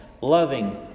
loving